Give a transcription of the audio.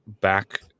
back